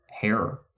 hair